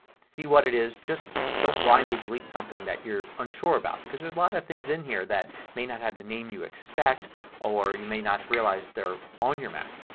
see what it is. just don't blindly delete something that you're unsure about because a lot of things in here that may not have the name you expect or you may not have realize they're on your mac.